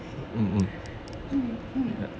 um um